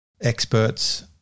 experts